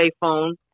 phone